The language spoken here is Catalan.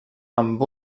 amb